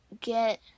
get